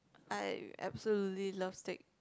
I absolutely love steak